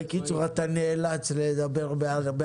בקיצור אתה נאלץ לדבר באריכות.